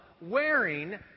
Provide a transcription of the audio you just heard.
wearing